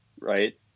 Right